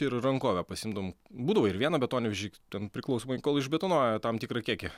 ir rankovę pasiimdavom būdavo ir vieną betonvežį ten priklausomai kol išbetonuoja tam tikrą kiekį